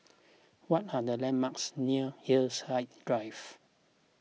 what are the landmarks near Hillside Drive